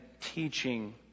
teaching